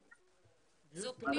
הוא פנה